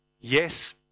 Yes